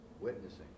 Witnessing